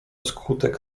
skutek